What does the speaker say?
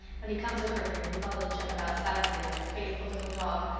when he comes over here he follows jem about silently like a faithful little dog,